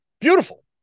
Beautiful